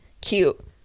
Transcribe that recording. cute